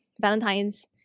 Valentine's